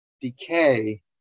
decay